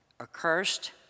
accursed